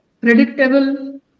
predictable